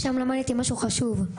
שם למדתי משהו חשוב: